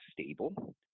stable